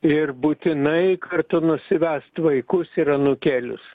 ir būtinai kartu nusivest vaikus ir anūkėlius